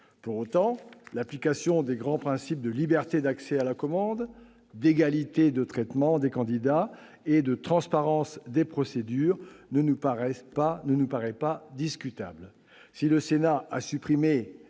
Pour autant, l'application des grands principes de liberté d'accès à la commande, d'égalité de traitement des candidats et de transparence des procédures ne nous paraît pas discutable.